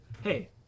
Hey